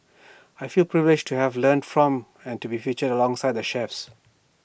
I feel privileged to have learnt from and to be featured alongside the chefs